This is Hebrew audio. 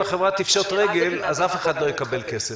אם החברה תפשוט רגל אז אף אחד לא יקבל כסף.